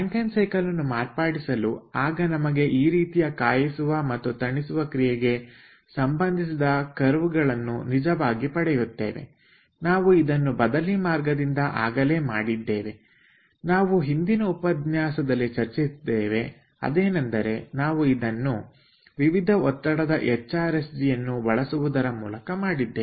Rankine cycle ಅನ್ನು ಮಾರ್ಪಡಿಸಲು ಆಗ ನಮಗೆ ಈ ರೀತಿಯ ಕಾಯಿಸುವ ಮತ್ತು ತಣಿಸುವ ಕ್ರಿಯೆಗೆ ಸಂಬಂಧಿಸಿದ ಕರ್ವಗಳನ್ನು ನಿಜವಾಗಿ ಪಡೆಯುತ್ತೇವೆ ನಾವು ಇದನ್ನು ಬದಲಿ ಮಾರ್ಗದಿಂದ ಆಗಲೇ ಮಾಡಿದ್ದೇವೆ ನಾವು ಹಿಂದಿನ ಉಪನ್ಯಾಸದಲ್ಲಿ ಚರ್ಚಿಸಿದ್ದೇವೆ ಅದೇನೆಂದರೆ ನಾವು ಇದನ್ನು ವಿವಿಧ ಒತ್ತಡದ ಎಚ್ ಆರ್ ಎಸ್ ಜಿ ಯನ್ನು ಬಳಸುವುದರ ಮೂಲಕ ಮಾಡಿದ್ದೇವೆ